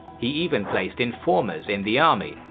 he even placed informers in the army,